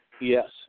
Yes